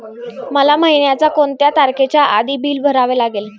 मला महिन्याचा कोणत्या तारखेच्या आधी बिल भरावे लागेल?